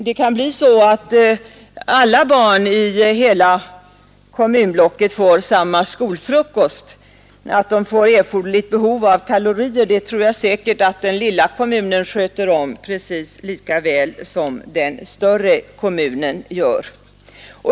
Det kan bli så att alla barn i hela kommunblocket får samma skolfrukost, men att de får erforderligt behov av kalorier, det tror jag att den lilla kommunen sköter om precis lika väl som den större kommunen gör.